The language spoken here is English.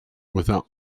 without